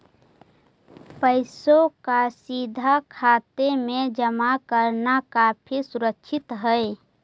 पैसों का सीधा खाते में जमा करना काफी सुरक्षित हई